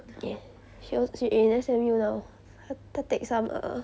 ya she al~ she in S_M_U now 她她 take some err